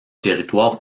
territoire